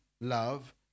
love